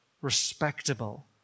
respectable